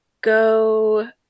go